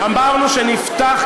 אמרנו שנפתח,